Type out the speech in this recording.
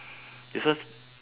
because